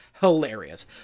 hilarious